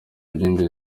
ry’indege